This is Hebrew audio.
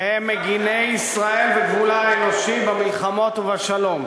שהם מגיני ישראל וגבולה האנושי במלחמות ובשלום.